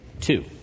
two